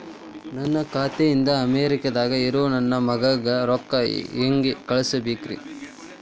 ನನ್ನ ಖಾತೆ ಇಂದ ಅಮೇರಿಕಾದಾಗ್ ಇರೋ ನನ್ನ ಮಗಗ ರೊಕ್ಕ ಹೆಂಗ್ ಕಳಸಬೇಕ್ರಿ?